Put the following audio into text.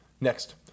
Next